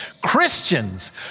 Christians